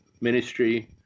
ministry